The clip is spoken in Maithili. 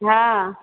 हँ